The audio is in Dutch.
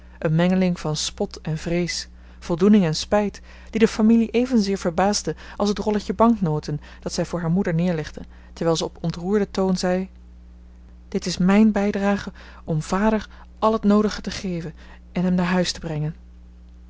eene mengeling van spot en vrees voldoening en spijt die de familie evenzeer verbaasde als het rolletje banknoten dat zij voor haar moeder neerlegde terwijl ze op ontroerden toon zei dit is mijn bijdrage om vader al het noodige te geven en hem naar huis te brengen